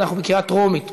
הרווחה והבריאות נתקבלה.